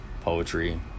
poetry